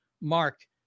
mark